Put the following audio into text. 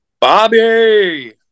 Bobby